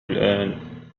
الآن